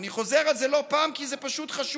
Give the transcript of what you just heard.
ואני חוזר על זה לא פעם, כי זה פשוט חשוב.